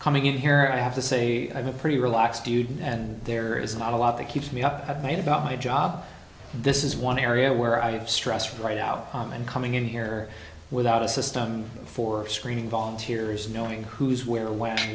coming in here i have to say i'm a pretty relaxed dude and there is not a lot that keeps me up at night about my job and this is one area where i do stress right out and coming in here without a system for screening volunteers and knowing who's where whe